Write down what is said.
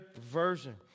version